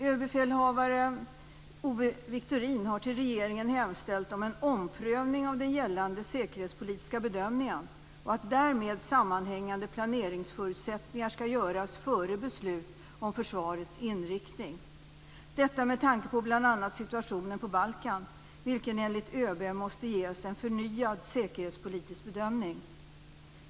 Överbefälhavare Owe Wiktorin har hos regeringen hemställt om en omprövning av den gällande säkerhetspolitiska bedömningen och att därmed sammanhängande planeringsförutsättningar skall göras före beslut om försvarets inriktning; detta med tanke på bl.a. situationen på Balkan, vilken enligt ÖB måste ges en förnyad säkerhetspolitisk bedömning.